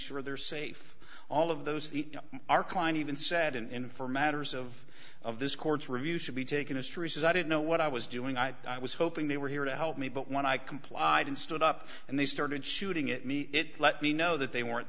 sure they're safe all of those the our client even said and for matters of of this court's review should be taken histories i don't know what i was doing i was hoping they were here to help me but when i complied and stood up and they started shooting at me it let me know that they weren't